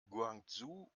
guangzhou